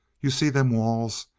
you seen them walls.